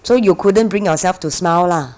so you couldn't bring yourself to smile lah